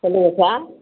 சொல்லுங்க சார்